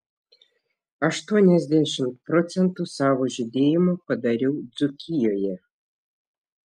aštuoniasdešimt procentų savo žydėjimo padariau dzūkijoje